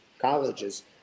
colleges